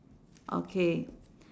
okay